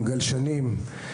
גלשנים,